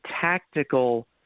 tactical